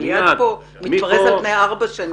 "מיד" פה מתפרס על פני ארבע שנים.